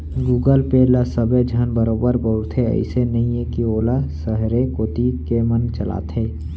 Google Pay ल सबे झन बरोबर बउरथे, अइसे नइये कि वोला सहरे कोती के मन चलाथें